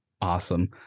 Awesome